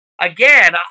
Again